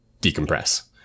decompress